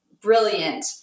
brilliant